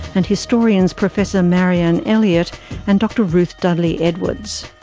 and historians professor marianne elliott and dr ruth dudley edwards.